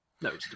No